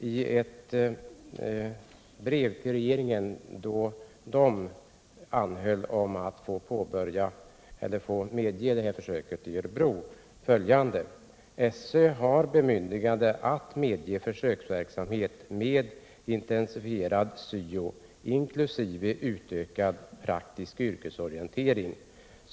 I ett brev till regeringen, då SÖ anhöll om att få medge detta försök i Örebro, säger nämligen SÖ följande: ”SÖ har bemyndigande att medge försöksverksamhet med intensifierad SYO inklusive utökad praktisk yrkesorientering.